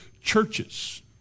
churches